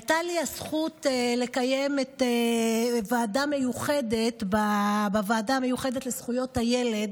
הייתה לי הזכות לנהל את ישיבת הוועדה המיוחדת לזכויות הילד,